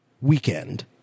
weekend